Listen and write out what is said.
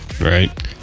Right